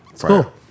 Cool